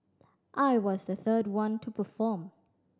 I was the third one to perform